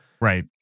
Right